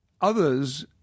others